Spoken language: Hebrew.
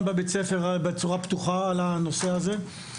בבית הספר בצורה פתוחה על הנושא הזה,